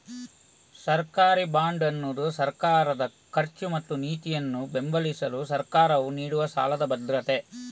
ಸರ್ಕಾರಿ ಬಾಂಡ್ ಅನ್ನುದು ಸರ್ಕಾರದ ಖರ್ಚು ಮತ್ತು ನೀತಿಯನ್ನ ಬೆಂಬಲಿಸಲು ಸರ್ಕಾರವು ನೀಡುವ ಸಾಲ ಭದ್ರತೆ